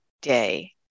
day